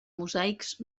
mosaics